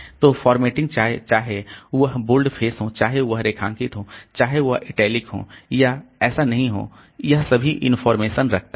तो फॉर्मेटिंग चाहे वह बोल्ड फेस हो चाहे वह रेखांकित हो चाहे वह इटैलिक हो या ऐसा नहीं हो यह सभी इंफॉर्मेशन रखता है